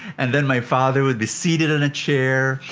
and then my father would be seated in a chair,